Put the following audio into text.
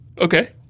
Okay